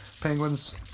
penguins